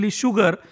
sugar